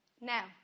Now